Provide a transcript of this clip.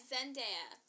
Zendaya